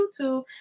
YouTube